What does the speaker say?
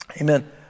Amen